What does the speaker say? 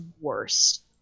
worst